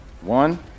one